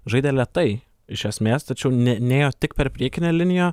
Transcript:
žaidė lėtai iš esmės tačiau ne nėjo tik per priekinę liniją